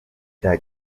cya